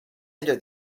under